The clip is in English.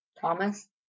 Thomas